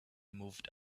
moved